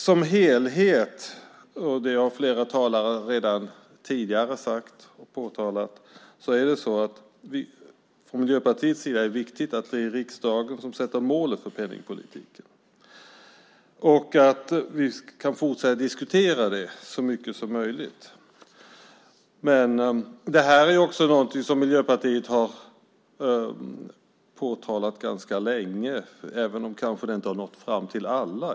Som helhet - det har flera talare redan tidigare sagt - är det från Miljöpartiets sida viktigt att det är riksdagen som sätter målet för penningpolitiken och att vi kan fortsätta diskutera detta så mycket som möjligt. Detta är också någonting som Miljöpartiet har påtalat ganska länge, även om det kanske inte har nått fram till alla.